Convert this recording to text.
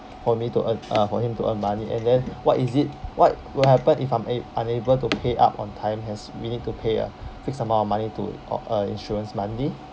for me to earn uh for him to earn money and then what is it what will happen if I'm a~ unable to pay up on time as we need to pay a fixed amount of money too o~ uh insurance monthly